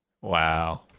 Wow